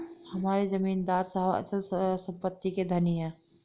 हमारे जमींदार साहब अचल संपत्ति के धनी हैं